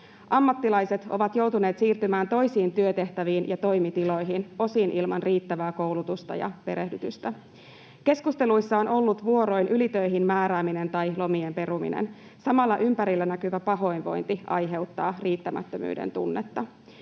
Ammattilaiset ovat joutuneet siirtymään toisiin työtehtäviin ja toimitiloihin, osin ilman riittävää koulutusta ja perehdytystä. Keskusteluissa ovat vuoroin olleet ylitöihin määrääminen ja lomien peruminen. Samalla ympärillä näkyvä pahoinvointi aiheuttaa riittämättömyyden tunnetta.